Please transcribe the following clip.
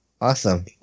Awesome